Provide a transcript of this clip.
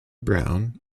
brown